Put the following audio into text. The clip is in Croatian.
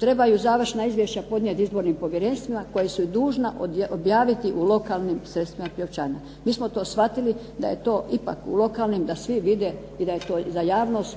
trebaju izvršna izvješća podnijeti izbornim povjerenstvima koja su ih dužna objaviti u lokalnim sredstvima priopćavanja. Mi smo to shvatili da je to ipak u lokalnim da svi vide i da je to za javnost